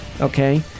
Okay